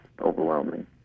overwhelming